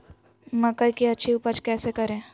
मकई की अच्छी उपज कैसे करे?